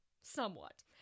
Somewhat